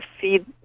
feed